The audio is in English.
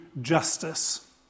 justice